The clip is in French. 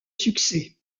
succès